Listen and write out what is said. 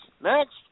Next